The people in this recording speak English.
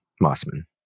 Mossman